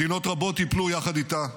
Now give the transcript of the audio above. מדינות רבות ייפלו יחד איתה.